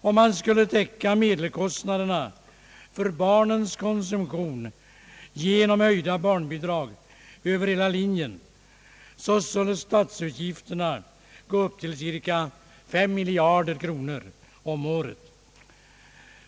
Om man skulle täcka medelkostnaderna för barnens konsumtion genom höjda barnbidrag över hela linjen, skulle statsutgifterna på detta område gå upp till cirka 5 miljarder kronor om året.